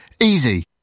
Easy